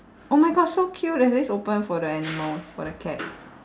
oh my god so cute it says open for the animals for the cat